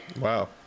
Wow